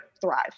thrive